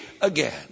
again